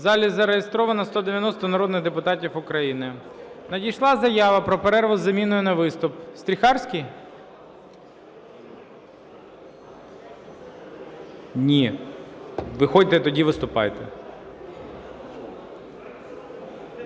У залі зареєстровано 190 народних депутатів України. Надійшла заява про перерву із заміною на виступ. Стріхарський? Ні, виходьте тоді, виступайте.